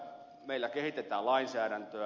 meillä kehitetään lainsäädäntöä